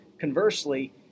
Conversely